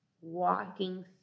walking